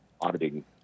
auditing